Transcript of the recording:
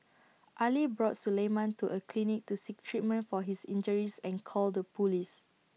Ali brought Suleiman to A clinic to seek treatment for his injuries and called the Police